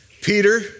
Peter